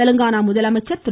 தெலுங்கானா முதலமைச்சர் திரு